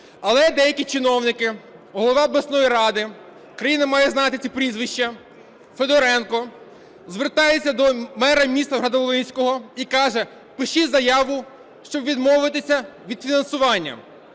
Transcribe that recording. Але деякі чиновники, голова обласної ради, країна має знати ці прізвища, Федоренко звертається до мера міста Новоград-Волинського і каже, пишіть заяву, щоб відмовитися від фінансування.